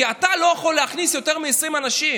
כי אתה לא יכול להכניס יותר מ-20 אנשים.